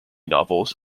novels